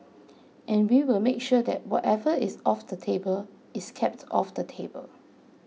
and we will make sure that whatever is off the table is kept off the table